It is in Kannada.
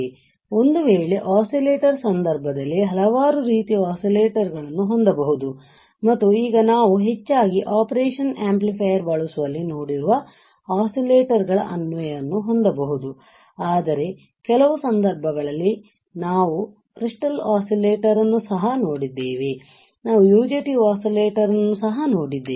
ಆದ್ದರಿಂದ ಒಂದು ವೇಳೆ ಒಸ್ಸಿಲೇಟರ್ ಸಂದರ್ಭದಲ್ಲಿ ಹಲವಾರು ರೀತಿಯ ಒಸ್ಸಿಲೇಟರ್ ಗಳನ್ನು ಹೊಂದಬಹುದು ಮತ್ತು ಈಗ ನಾವು ಹೆಚ್ಚಾಗಿ ಓಪರೇಷನ್ ಆಂಪ್ಲಿಫೈಯರ್ ಬಳಸುವಲ್ಲಿ ನೋಡಿರುವ ಒಸ್ಸಿಲೇಟರ್ ಗಳ ಅನ್ವಯವನ್ನು ಹೊಂದಬಹುದು ಆದರೆ ಕೆಲವು ಸಂದರ್ಭಗಳಲ್ಲಿ ನಾವು ಕ್ರಿಸ್ಟಲ್ ಒಸ್ಸಿಲೇಟರ್ ನ್ನು ಸಹ ನೋಡಿದ್ದೇವೆ ನಾವು UJT ಒಸ್ಸಿಲೇಟರ್ ನ್ನು ಸಹ ನೋಡಿದ್ದೇವೆ